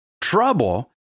trouble